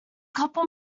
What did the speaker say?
couple